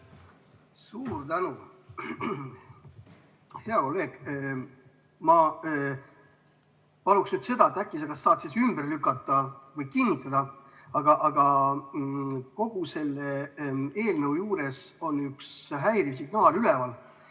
Suur tänu! Hea kolleeg, ma palun nüüd seda, et äkki sa saad kas ümber lükata või kinnitada, aga kogu selle eelnõu juures on üks häiriv signaal üleval.